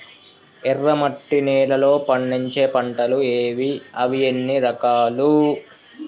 ఎర్రమట్టి నేలలో పండించే పంటలు ఏవి? అవి ఎన్ని రకాలు?